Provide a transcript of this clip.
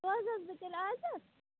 سوزا حظ بہٕ تیٚلہِ آزٕ